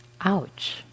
ouch